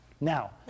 Now